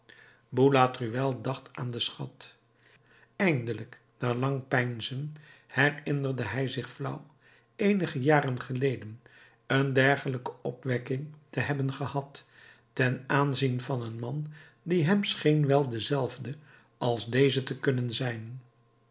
boulatruelle dacht aan den schat eindelijk na lang peinzen herinnerde hij zich flauw eenige jaren geleden een dergelijke opwekking te hebben gehad ten aanzien van een man die hem scheen wel dezelfde als deze te kunnen zijn